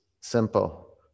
Simple